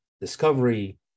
discovery